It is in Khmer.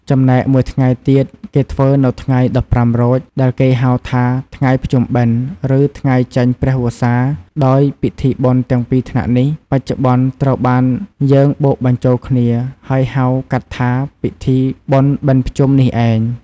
ចំណែកមួយថ្ងៃទៀតគេធ្វើនៅថ្ងៃ ១៥រោច ដែលគេហៅថាថ្ងៃភ្ជុំបិណ្ឌ ឬថ្ងៃចេញព្រះវស្សាដោយ ពិធីបុណ្យទាំងពីរថ្នាក់នេះ បច្ចុប្បន្នត្រូវបានយើងបូកបញ្ចូលគ្នា ហើយហៅកាត់ថា ពិធីបុណ្យបិណ្ឌភ្ជុំនេះឯង។